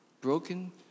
broken